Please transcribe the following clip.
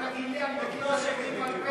אל תגיד לי, אני מכיר את השקט בעל-פה.